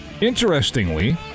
Interestingly